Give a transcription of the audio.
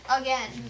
again